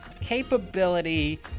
capability